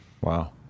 Wow